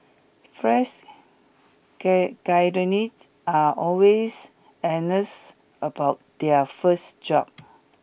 fresh are always about their first job